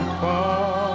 far